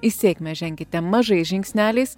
į sėkmę ženkite mažais žingsneliais